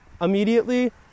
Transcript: immediately